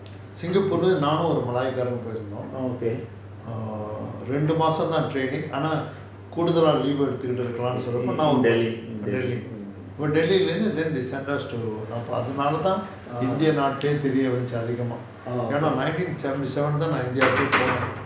singapore leh நானும் ஒரு Malay காரரும் போய் இருந்தோம்:naanum oru malaai kaararum poi irunthom err ரெண்டு மாசம் தான்:rendu masam thaan training ஆனா கூடுதலா:aana kooduthala leave எடுத்ததால சொன்ன அப்போ:eduthutathaala sonna appo delhi லந்து:lanthu delhi then they send us to அப்போ அது நாலா தான்:appo athu naala thaan india நாட்டையே அதிகமா தெரிய வந்துச்சி:naataaiyae athigama teriya vanthuchi india என்ன:yaenna nineteen seventy seven leh தான் நான்:naan thaan india கே போனேன்:kae ponaen